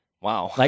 Wow